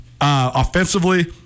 offensively